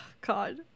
God